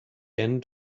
end